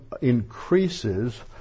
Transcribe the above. increases